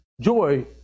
Joy